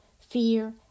fear